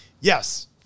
Yes